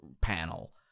panel